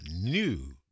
new